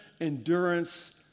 endurance